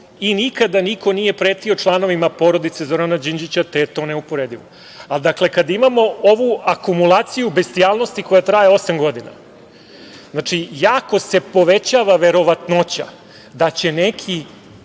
i nikada niko nije pretio članovima porodice Zorana Đinđića, te je to neuporedivo. Dakle, kada imamo ovu akumulaciju bestijalnosti koja traje osam godina, jako se povećava verovatnoća da će neka